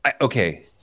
Okay